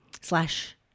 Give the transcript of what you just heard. slash